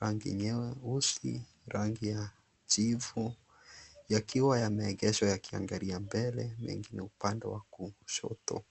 rangi nyeusi , rangi ya jivu yakiwa yameegeshwa yakiangalia mbele na upande wa kushoto.